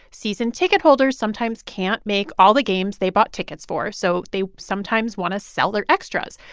season ticket holders sometimes can't make all the games they bought tickets for, so they sometimes want to sell their extras.